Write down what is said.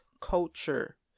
culture